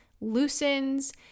loosens